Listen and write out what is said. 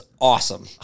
awesome